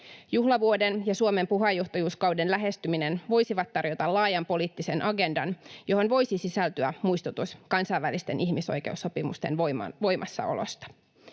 Juhlavuoden ja Suomen puheenjohtajuuskauden lähestyminen voisivat tarjota laajan poliittisen agendan, johon voisi sisältyä muistutus kansainvälisten ihmisoikeussopimusten voimassaolosta.